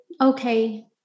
Okay